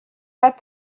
pas